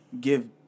give